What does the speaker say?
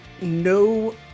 No